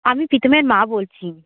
আমি প্রীতমের মা বলছি